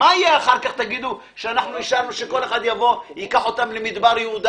מה יהיה אחר כך שאישרנו שכל אחד יבוא וייקח אותם למדבר יהודה